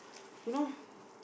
you know